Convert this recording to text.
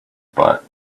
but